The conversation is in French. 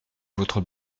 votre